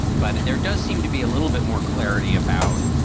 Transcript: but there does seem to be a little bit more clarity about